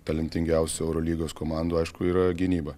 talentingiausių eurolygos komandų aišku yra gynyba